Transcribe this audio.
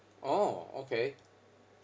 orh okay